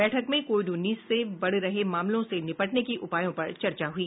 बैठक में कोविड उन्नीस के बढ़ रहे मामलों से निपटने के उपायों पर चर्चा हुई